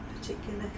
particular